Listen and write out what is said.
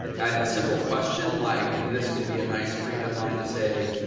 a simple question like and this could be a nice pre-headline to say